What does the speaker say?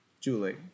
Julie